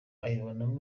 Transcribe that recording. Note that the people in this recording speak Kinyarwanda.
abibonamo